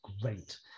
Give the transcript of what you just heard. great